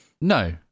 no